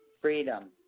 freedom